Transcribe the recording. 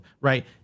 right